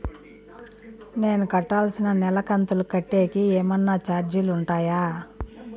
నేను కట్టాల్సిన నెల కంతులు కట్టేకి ఏమన్నా చార్జీలు ఉంటాయా?